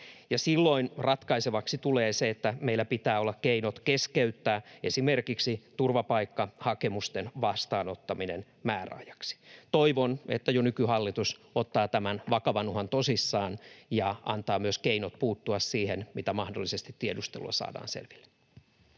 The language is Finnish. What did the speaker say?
Silloin ratkaisevaksi tulee se, että meillä pitää olla keinot esimerkiksi keskeyttää turvapaikkahakemusten vastaanottaminen määräajaksi. Toivon, että jo nykyhallitus ottaa tämän vakavan uhan tosissaan ja antaa myös keinot puuttua siihen, mitä mahdollisesti tiedustelulla saadaan selville.